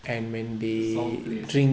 the song plays ah